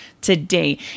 today